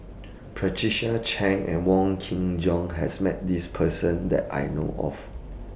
Patricia Chan and Wong Kin Jong has Met This Person that I know of